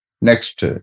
Next